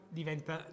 diventa